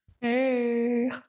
Hey